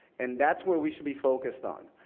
and that's where we should be focused on.